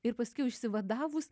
ir paskiau išsivadavus